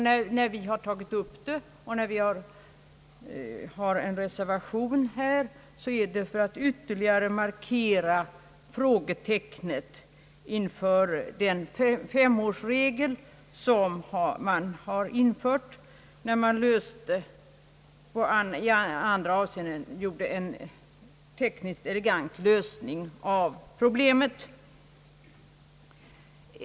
När vi tagit upp den frågan och avgivit en reservation, har avsikten varit att ytterligare markera frågetecknet inför den femårsregel som infördes när man i andra avseenden åstadkom en tekniskt elegant lösning av problemet.